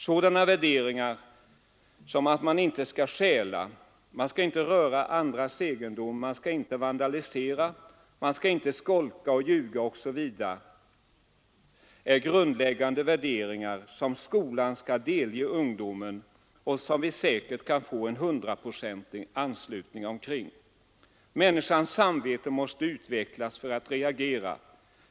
Sådana värderingar som att man inte skall stjäla, inte röra andras egendom, inte vandalisera, inte skolka och ljuga osv. är grundläggande värderingar som skolan skall delge ungdomarna och som vi säkert kan få en hundraprocentig anslutning till. Människans samvete måste utvecklas för att reagera.